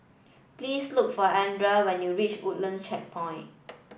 please look for Ardelle when you reach Woodlands Checkpoint